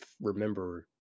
remember